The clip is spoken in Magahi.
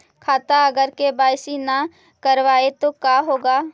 खाता अगर के.वाई.सी नही करबाए तो का होगा?